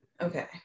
Okay